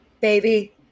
baby